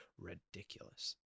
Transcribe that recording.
ridiculous